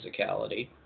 physicality